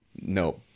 No